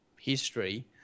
history